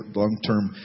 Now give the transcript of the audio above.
long-term